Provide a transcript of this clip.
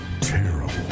terrible